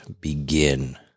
begin